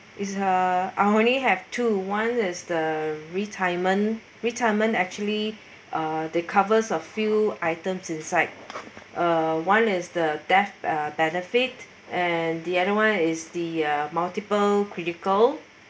is uh I only have two one is the retirement retirement actually uh the covers of few items inside uh one is the death uh benefit and the other one is the uh multiple critical